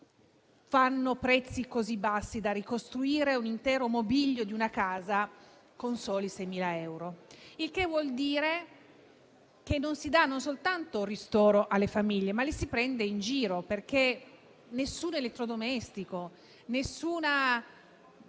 fanno prezzi così bassi da ricostruire l'intero mobilio di una casa con soli 6.000 euro. Il che vuol dire che non soltanto non si dà un ristoro alle famiglie, ma che le si prende in giro, perché nessun elettrodomestico, nessun